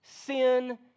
sin